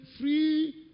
free